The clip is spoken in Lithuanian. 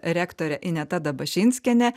rektorė ineta dabašinskienė